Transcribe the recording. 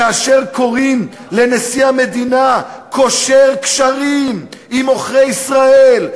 כאשר קוראים לנשיא המדינה "קושר קשרים עם עוכרי ישראל",